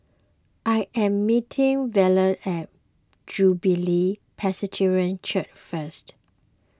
I am meeting Verlie at Jubilee Presbyterian Church first